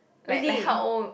really